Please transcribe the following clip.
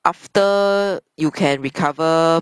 after you can recover